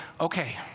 okay